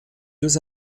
deux